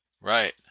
Right